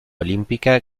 olímpica